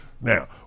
now